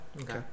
Okay